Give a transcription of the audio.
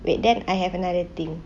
wait then I have another thing